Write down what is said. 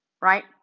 right